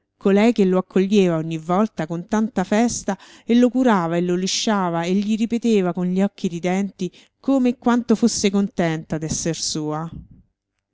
colei che lo accoglieva ogni volta con tanta festa e lo curava e lo lisciava e gli ripeteva con gli occhi ridenti come e quanto fosse contenta d'esser sua